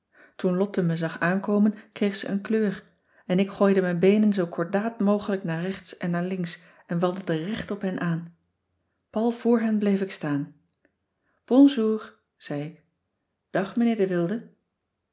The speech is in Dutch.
toen lotte me zag aankomen kreeg ze een kleur en ik gooide mijn beenen zoo kordaat mogelijk naar rechts en naar links en wandelde recht op hen aan pal voor hen bleef ik staan bonjour zei ik dag meneer de wilde